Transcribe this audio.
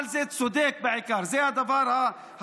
אבל זה בעיקר צודק, זה הדבר הנכון.